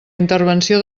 intervenció